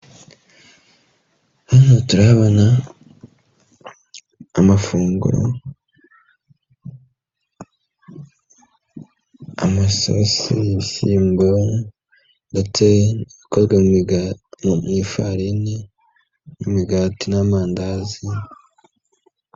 Hano turahabona amafunguro, amasosi y'ibishyimbo na teyi ikoga mu ifarini, imigati n'amandazi.